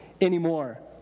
anymore